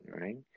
Right